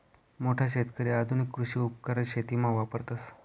मोठा शेतकरी आधुनिक कृषी उपकरण शेतीमा वापरतस